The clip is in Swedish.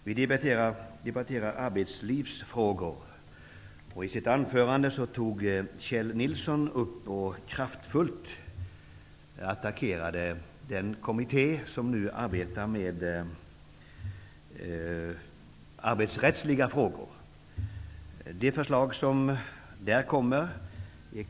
Fru talman! Vi debatterar arbetslivsfrågor, och i sitt anförande tog Kjell Nilsson upp frågan om den kommitté som nu arbetar med arbetsrättsliga frågor. Han attackerade denna kraftfullt.